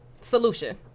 solution